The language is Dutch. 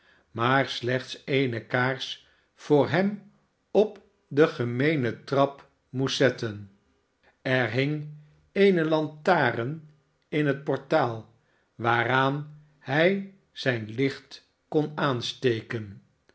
maar slechts eene kaars voor hem op de gemeene trap moest zetten er hing eene lantaren in het portaal waaraan hij zijn licht kon aansteken